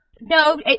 No